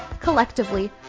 Collectively